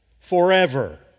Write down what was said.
forever